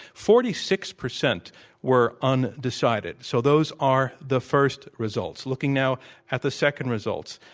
forty six percent were undecided. so those are the first results. looking now at the second results,